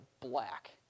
black